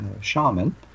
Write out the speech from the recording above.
Shaman